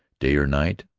day or night,